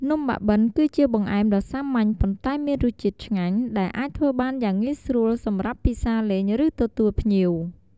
នំបាក់បិនគឺជាបង្អែមដ៏សាមញ្ញ ប៉ុន្តែមានរសជាតិឆ្ងាញ់ ដែលអាចធ្វើបានយ៉ាងងាយស្រួលសម្រាប់ពិសារលេង ឬទទួលភ្ញៀវ។